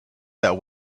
that